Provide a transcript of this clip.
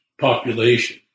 population